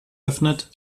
öffnet